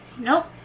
Nope